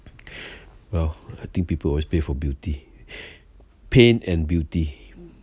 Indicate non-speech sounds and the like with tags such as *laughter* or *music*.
*breath* well I think people wil always pay for beauty *breath* pain and beauty